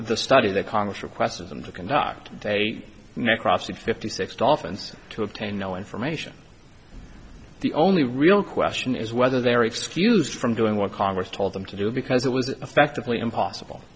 the study that congress requested them to conduct they may cross that fifty six dolphins to obtain no information the only real question is whether they are excused from doing what congress told them to do because it was effectively impossible